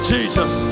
Jesus